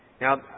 Now